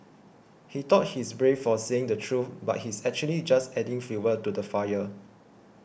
he thought he's brave for saying the truth but he's actually just adding fuel to the fire